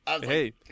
Hey